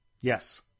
yes